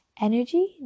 energy